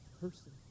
person